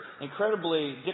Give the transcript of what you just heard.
incredibly